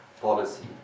policy